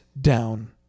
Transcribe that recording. down